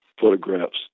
photographs